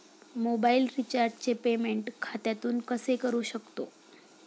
Mobile रिचार्जचे payment खात्यातून कसे करू शकतो?